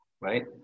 right